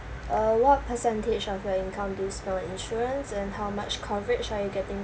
uh what percentage of your income do you spend on insurance and how much coverage are you getting